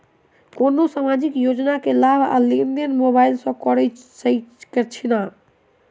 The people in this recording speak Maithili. कोनो सामाजिक योजना केँ लाभ आ लेनदेन मोबाइल सँ कैर सकै छिःना?